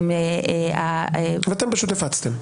ואתם פשוט הפצתם.